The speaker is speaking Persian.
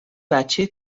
بچه